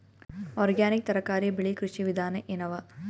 Organic ತರಕಾರಿ ಬೆಳಿ ಕೃಷಿ ವಿಧಾನ ಎನವ?